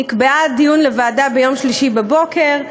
נקבע דיון לוועדה ביום שלישי בבוקר,